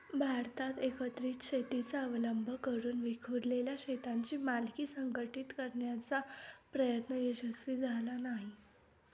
भारतात एकत्रित शेतीचा अवलंब करून विखुरलेल्या शेतांची मालकी संघटित करण्याचा प्रयत्न यशस्वी झाला नाही